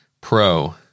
Pro